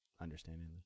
understandingly